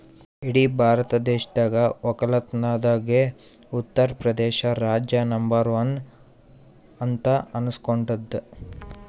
ಇಡೀ ಭಾರತ ದೇಶದಾಗ್ ವಕ್ಕಲತನ್ದಾಗೆ ಉತ್ತರ್ ಪ್ರದೇಶ್ ರಾಜ್ಯ ನಂಬರ್ ಒನ್ ಅಂತ್ ಅನಸ್ಕೊಂಡಾದ್